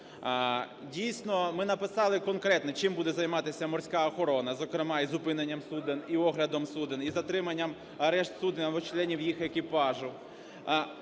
Дійсно, ми написали конкретно, чим буде займатися морська охорона, зокрема і зупиненням суден, і оглядом суден, і затриманням, арешт суден або членів їх екіпажу.